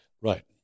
Right